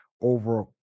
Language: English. over